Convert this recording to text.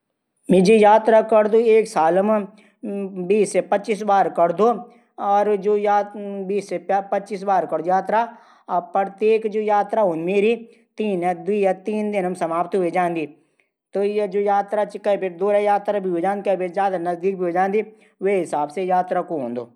मी जू यात्रा करदू। एक साल मा बीस से पच्चीस । जू प्रत्येक यात्रा हूदी मेरी दिवई या तीन दिन ता पूरी ह्वे जांदी। कै बे दूर यात्रा भी हो जांदी कभी नजदीकै भी हो जांदी।